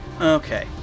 Okay